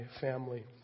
family